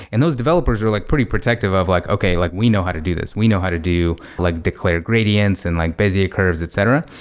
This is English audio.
and those developers are like pretty protective of like, okay, we know how to do this. we know how to do like declare gradients and like bezier curves, etc.